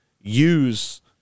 use